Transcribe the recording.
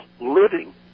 living